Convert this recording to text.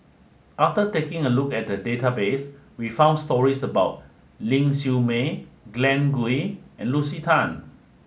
after taking a look at the database we found stories about Ling Siew May Glen Goei and Lucy Tan